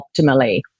optimally